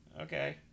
okay